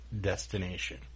destination